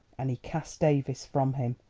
and he cast davies from him,